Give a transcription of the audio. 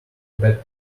bad